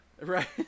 Right